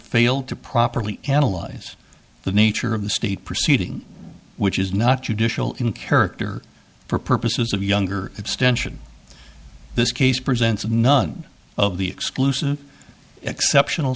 failed to properly analyze the nature of the state proceeding which is not judicial in character for purposes of younger abstention this case presents none of the exclusive exceptional